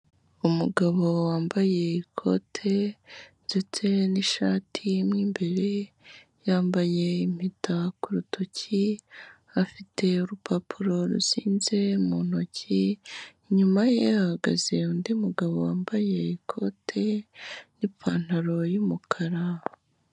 Umugabo wambaye ikote ndetse n'ishati mo imbere, yambaye impeta ku rutoki, afite urupapuro ruzinze mu ntoki, inyuma ye hahagaze undi mugabo wambaye ikote n'ipantaro y'umukara.